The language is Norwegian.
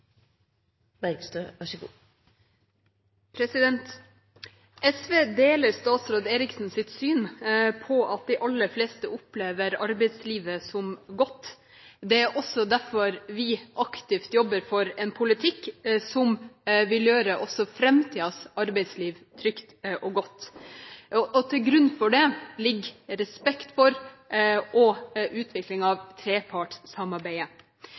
SV deler statsråd Erikssons syn når det gjelder at de aller fleste opplever arbeidslivet som godt. Det er også derfor vi aktivt jobber for en politikk som vil gjøre også framtidens arbeidsliv trygt og godt. Til grunn for det ligger respekt for og utvikling av trepartssamarbeidet.